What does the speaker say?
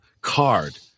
card